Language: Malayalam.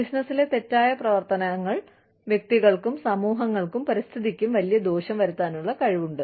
ബിസിനസ്സിലെ തെറ്റായ പ്രവർത്തനങ്ങൾ വ്യക്തികൾക്കും സമൂഹങ്ങൾക്കും പരിസ്ഥിതിക്കും വലിയ ദോഷം വരുത്താനുള്ള കഴിവുണ്ട്